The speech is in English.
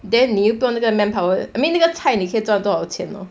then 你又不用那个 manpower I mean 那个菜你可以赚多少钱 lor